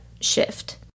shift